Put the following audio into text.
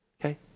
Okay